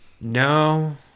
No